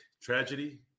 tragedy